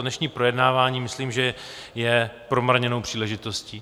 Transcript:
Dnešní projednávání je, myslím, promarněnou příležitostí.